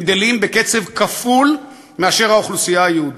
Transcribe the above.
הם גדלים בקצב כפול מאשר האוכלוסייה היהודית.